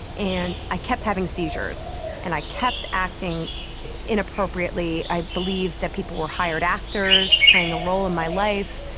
and i kept having seizures and i kept acting inappropriately. i believed that people were hired actors playing a role in my life,